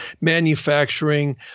manufacturing